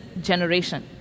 generation